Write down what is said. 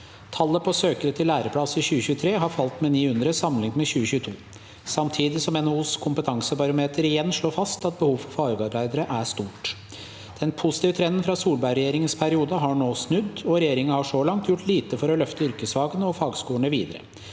Tallet på søkere til læreplass i 2023 har falt med 900 sammenliknet med 2022, samti- dig som NHOs kompetansebarometer igjen slår fast at behovet for fagarbeidere er stort. Den positive trenden fra Solberg-regjeringens periode har nå snudd, og regjer- ingen har så langt gjort lite for å løfte yrkesfagene og fag- skolene videre.